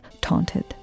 taunted